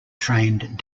trained